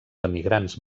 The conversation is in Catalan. emigrants